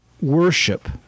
worship